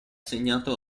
segnato